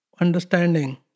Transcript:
understanding